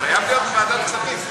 זה חייב להיות בוועדת כספים.